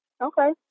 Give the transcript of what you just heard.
Okay